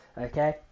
okay